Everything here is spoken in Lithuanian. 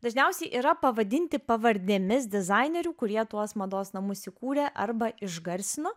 dažniausiai yra pavadinti pavardėmis dizainerių kurie tuos mados namus įkūrė arba išgarsino